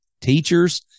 teachers